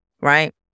right